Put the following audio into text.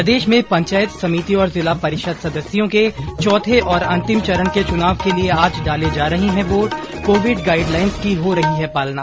प्रदेश में पंचायत समिति और जिला परिषद सदस्यों के चौथे और अंतिम चरण के चुनाव के लिए आज डाले जा रहे हैं वोट कोविड गाइड लाइन की हो रही है पालना